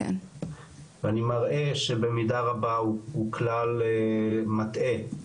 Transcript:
ואני מראה שבמידה רבה הוא כלל מטעה,